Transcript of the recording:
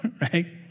right